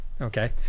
Okay